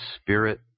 Spirit